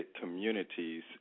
communities